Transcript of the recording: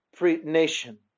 nation